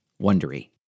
Wondery